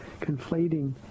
conflating